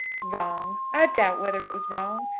wrong! i doubt whether it was wrong.